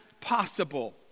possible